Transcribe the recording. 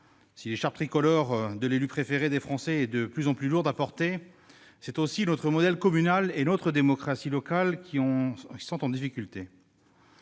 Si l'écharpe tricolore de l'élu préféré des Français est de plus en plus lourde à porter, c'est aussi notre modèle communal et notre démocratie locale qui sont en difficulté.